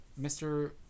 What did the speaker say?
Mr